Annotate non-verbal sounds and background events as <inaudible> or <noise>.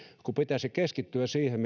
kun pitäisi keskittyä siihen <unintelligible>